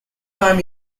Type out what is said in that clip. time